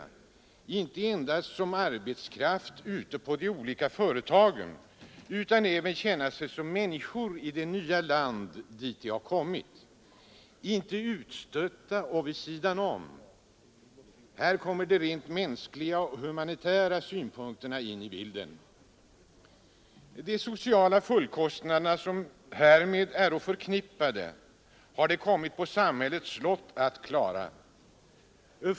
De skall kunna fungera inte endast som arbetskraft ute på de olika företagen utan de skall även kunna känna sig som människor i det nya land dit de har kommit — inte utstötta och vid sidan om. Här kommer de rent mänskliga och humanitära synpunkterna in i bilden. Det har kommit på samhällets lott att klara de sociala följdkostnader som är förknippade härmed.